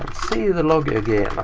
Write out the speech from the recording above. see the log again.